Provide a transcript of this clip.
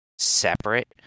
separate